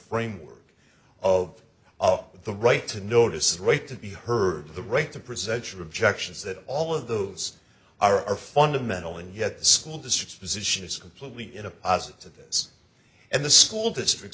framework of of the right to notice is right to be heard of the right to present your objections that all of those are are fundamental and yet the school district position is completely in a us to this and the school district